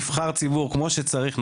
נבחר ציבור כמו שצריך,